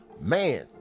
man